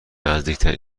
نزدیکترین